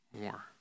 more